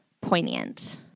poignant